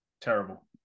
Terrible